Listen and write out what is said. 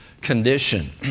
condition